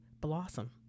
blossom